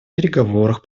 переговорах